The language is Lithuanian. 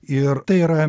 ir tai yra